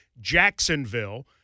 Jacksonville